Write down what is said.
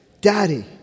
daddy